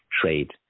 trade